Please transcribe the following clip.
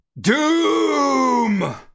DOOM